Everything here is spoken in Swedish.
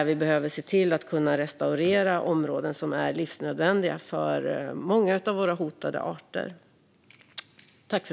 Vi behöver där se till att vi kan restaurera områden som är livsnödvändiga för många av våra hotade arter.